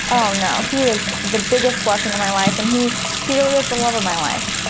oh, no, he is the biggest blessing of my life, and he he really is the love of my life.